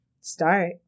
start